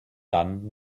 dann